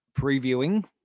previewing